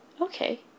Okay